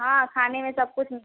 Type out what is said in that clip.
हाँ खाने में सब कुछ